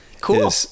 Cool